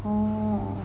哦